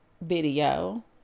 video